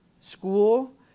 School